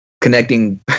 connecting